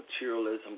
materialism